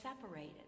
separated